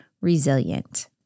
resilient